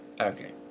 Okay